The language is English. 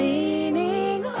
Leaning